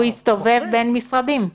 הוא הסתובב בין משרדים.